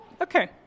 Okay